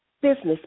Business